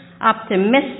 optimistic